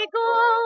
go